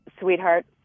sweetheart